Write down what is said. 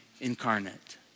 incarnate